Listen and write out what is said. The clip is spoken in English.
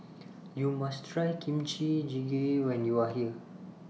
YOU must Try Kimchi Jjigae when YOU Are here